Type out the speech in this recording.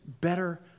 better